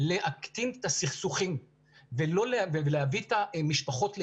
להקטין את הסכסוכים ולהביא את המשפחות לאיזון.